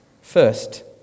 First